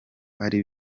ari